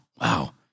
Wow